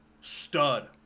stud